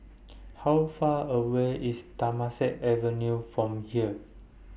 How Far away IS Temasek Avenue from here